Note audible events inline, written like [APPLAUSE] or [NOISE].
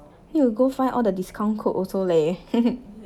need to go find all the discount code also leh [LAUGHS]